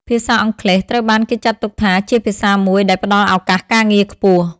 ភាសាអង់គ្លេសត្រូវបានគេចាត់ទុកថាជាភាសាមួយដែលផ្តល់ឱកាសការងារខ្ពស់។